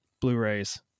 Blu-rays